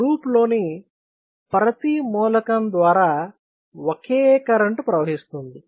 లూప్లోని ప్రతి మూలకం ద్వారా ఒకే కరెంట్ ప్రవహిస్తుంది